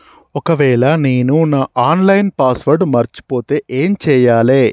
ఒకవేళ నేను నా ఆన్ లైన్ పాస్వర్డ్ మర్చిపోతే ఏం చేయాలే?